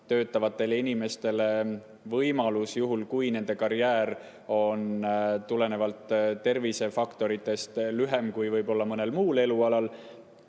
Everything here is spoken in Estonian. töötavatele inimestele see võimalus, juhul kui nende karjäär on tulenevalt tervisefaktoritest lühem kui võib-olla mõnel muul elualal,